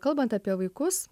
kalbant apie vaikus